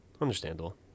Understandable